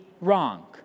wrong